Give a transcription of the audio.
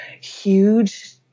huge